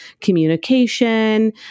communication